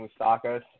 Moustakas